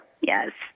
Yes